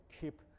keep